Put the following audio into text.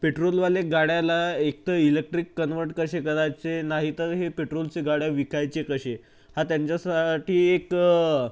पेट्रोलवाले गाड्याला एक तर इलेक्ट्रिक कन्व्हर्ट कसे करायचे नाही तर हे पेट्रोलचे गाड्या विकायचे कसे हा त्यांच्यासाठी एक